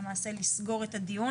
למעשה לסגור את הדיון.